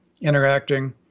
interacting